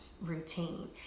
routine